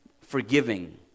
forgiving